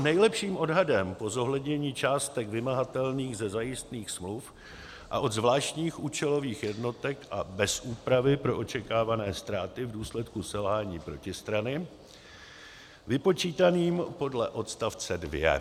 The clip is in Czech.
nejlepším odhadem po zohlednění částek vymahatelných ze zajistných smluv a od zvláštních účelových jednotek a bez úpravy pro očekávané ztráty v důsledku selhání protistrany vypočítaným podle odstavce 2.